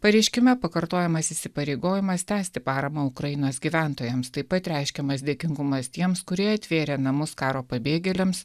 pareiškime pakartojamas įsipareigojimas tęsti paramą ukrainos gyventojams taip pat reiškiamas dėkingumas tiems kurie atvėrė namus karo pabėgėliams